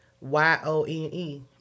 Y-O-N-E